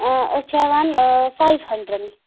أسۍ چھِ ہٮ۪وان فایِو ہنٛڈرنٛڈ